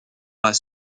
pas